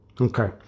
Okay